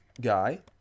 guy